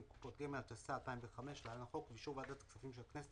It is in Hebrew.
(קופת גמל) (העברת כספים בין קופות גמל)